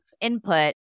input